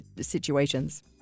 situations